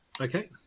Okay